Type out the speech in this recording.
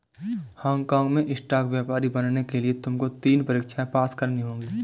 Hong काँग में stock व्यापारी बनने के लिए तुमको तीन परीक्षाएं पास करनी होंगी